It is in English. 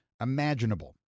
imaginable